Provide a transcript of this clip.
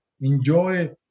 enjoy